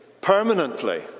permanently